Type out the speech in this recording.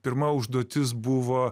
pirma užduotis buvo